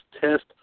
Test